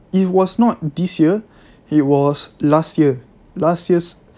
it was not this year it was last year last year's